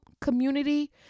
community